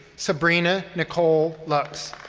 sabrina nicole lux.